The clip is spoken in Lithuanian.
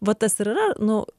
va tas ir yra nu